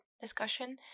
discussion